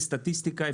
בסטטיסטיקה,